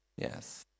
Yes